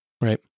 Right